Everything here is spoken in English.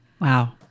Wow